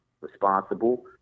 responsible